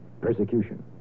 persecution